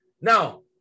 Now